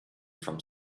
from